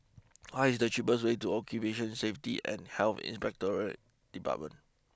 what is the cheapest way to Occupational Safety and Health Inspectorate Department